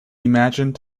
imagined